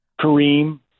Kareem